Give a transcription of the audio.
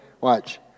Watch